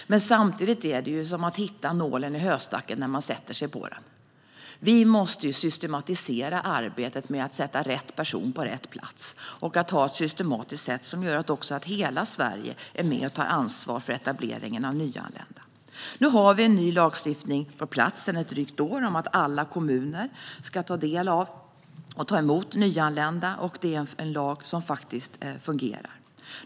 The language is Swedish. Samtidigt är det som att hitta en nål i en höstack. Vi måste systematisera arbetet med att sätta rätt person på rätt plats, så att hela Sverige är med och tar ansvar för etableringen av nyanlända. Nu har vi sedan drygt ett år en ny lagstiftning på plats om att alla kommuner ska ta emot nyanlända. Det är lag som faktiskt fungerar.